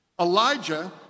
Elijah